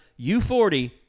U40